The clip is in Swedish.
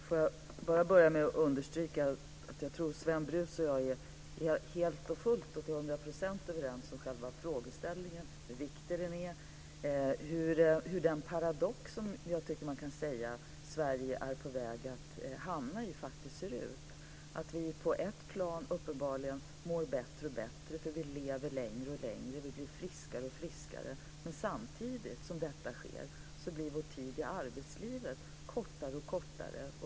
Fru talman! Får jag inledningsvis understryka att jag tror att Sven Brus och jag helt och fullt, till hundra procent, är överens om själva frågeställningen och dess vikt samt om hur den paradox faktiskt ser ut som jag tycker att man kan säga att Sverige är på väg att hamna i. På ett plan mår vi uppenbarligen bättre och bättre. Vi lever längre och längre och blir friskare och friskare. Men samtidigt blir vår tid i arbetslivet kortare och kortare.